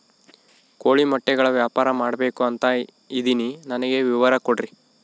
ಕೋಳಿ ಮೊಟ್ಟೆಗಳ ವ್ಯಾಪಾರ ಮಾಡ್ಬೇಕು ಅಂತ ಇದಿನಿ ನನಗೆ ವಿವರ ಕೊಡ್ರಿ?